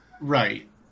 Right